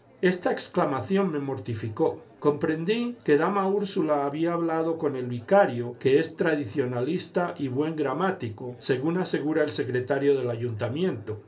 esta exclamación me mortificó comprendí que dama úrsula había hablado con el vicario que es tradicionalista y buen gramático según asegura el secretario del ayuntamiento